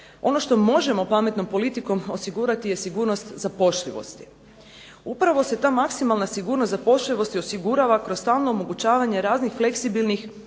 ono što možemo pametnom politikom osigurati je sigurnost zapošljivosti. Upravo se ta maksimalna sigurnost zapošljivosti osigurava kroz stalno omogućavanje raznih fleksibilnih